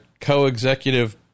co-executive